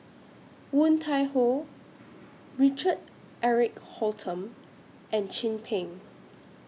Woon Tai Ho Richard Eric Holttum and Chin Peng